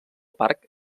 parc